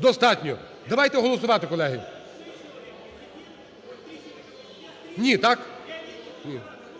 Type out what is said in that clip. Достатньо. Давайте голосувати, колеги. Ні, так?